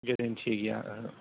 guarantee गैया ओहो